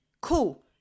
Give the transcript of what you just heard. Cool